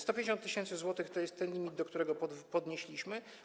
150 tys. zł to jest ten limit, do którego to podnieśliśmy.